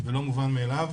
ולא מובן מאליו.